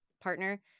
Partner